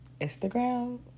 Instagram